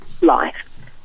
Life